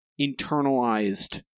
internalized